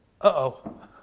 uh-oh